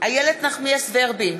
איילת נחמיאס ורבין,